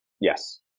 Yes